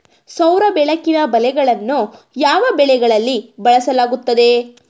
ಸೌರ ಬೆಳಕಿನ ಬಲೆಗಳನ್ನು ಯಾವ ಬೆಳೆಗಳಲ್ಲಿ ಬಳಸಲಾಗುತ್ತದೆ?